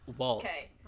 Okay